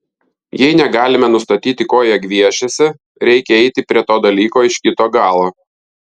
jei negalime nustatyti ko jie gviešiasi reikia eiti prie to dalyko iš kito galo